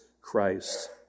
Christ